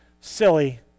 silly